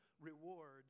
rewards